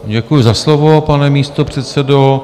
Děkuji za slovo, pane místopředsedo.